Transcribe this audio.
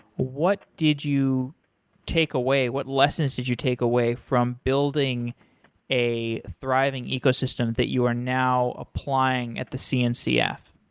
what did you take away? what lessons did you take away from building a thriving ecosystem that you are now applying at the cncf?